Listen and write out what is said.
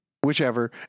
Whichever